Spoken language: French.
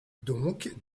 donc